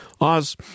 Oz